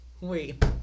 Wait